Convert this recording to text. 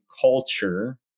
culture